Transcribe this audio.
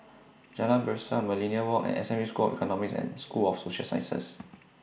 Jalan Berseh Millenia Walk and S M U School of Economics and School of Social Sciences